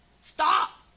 Stop